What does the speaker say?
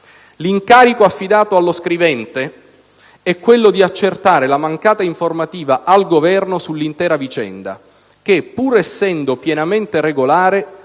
L'incarico affidato allo scrivente è quello di accertare la mancata informativa al Governo sull'intera vicenda che, pur essendo pienamente regolare»,